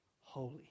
holy